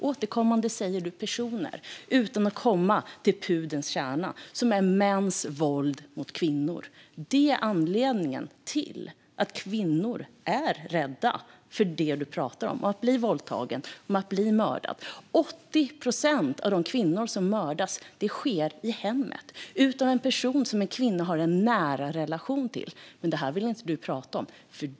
Återkommande säger du personer utan att komma till pudelns kärna, nämligen mäns våld mot kvinnor. Det är anledningen till att kvinnor är rädda för det du pratar om, det vill säga att bli våldtagen eller mördad. 80 procent av de kvinnor som mördas, mördas i hemmet av en person som de har en nära relation till. Men detta vill du inte prata om.